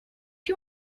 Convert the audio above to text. you